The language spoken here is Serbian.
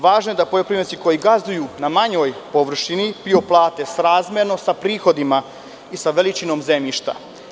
Važno je da poljoprivrednici koji gazduju na manjoj površini PIO-u plate srazmerno sa prihodima i sa veličinom zemljišta.